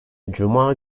cuma